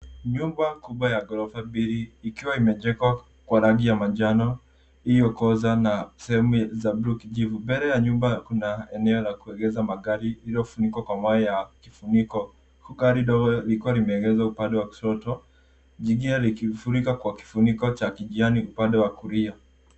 Nyumba kubwa ya ghorofa mbili ikiwa imejengwa kwa rangi ya manjano iliyo koza na sehemu bluu juu. Mbele ya nyumba kuna eneo la kuegesha magari iliyo funikwa kwa mawe ya kifuniko huku gari dogo likiwa limeegezwa upande wa kushoto jingine likifunika kwa kifuniko cha kijani upande wa kulia.